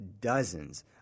dozens